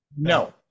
no